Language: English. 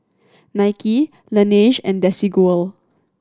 Nike Laneige and Desigual